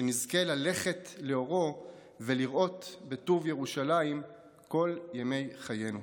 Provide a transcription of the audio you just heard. שנזכה ללכת לאורו ולראות בטוב ירושלים כל ימי חיינו,